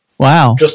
Wow